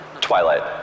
Twilight